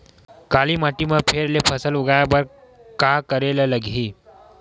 काली माटी म फेर ले फसल उगाए बर का करेला लगही?